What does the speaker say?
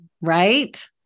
right